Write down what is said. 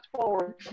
forward